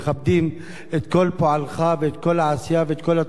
כל פועלך ואת כל העשייה ואת כל התרומה שנתת,